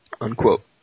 Unquote